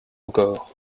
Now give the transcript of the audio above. encore